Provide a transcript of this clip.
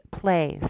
plays